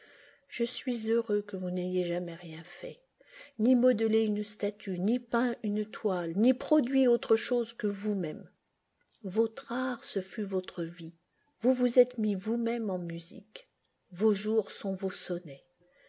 je suis heureux que vous n'ayez jamais rien fait ni modelé une statue ni peint une toile ni produit autre chose que vous-même votre art ce fut votre vie vous vous êtes mis vous-même en musique vos jours sont vos sonnets